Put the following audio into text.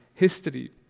history